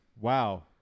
Wow